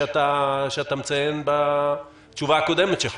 שאתה מציין בתשובה הקודמת שלך.